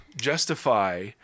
justify